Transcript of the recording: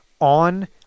on